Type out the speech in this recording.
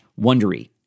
Wondery